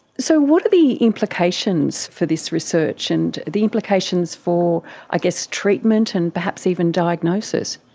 so what are the implications for this research and the implications for i guess treatment and perhaps even diagnosis?